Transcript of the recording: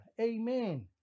Amen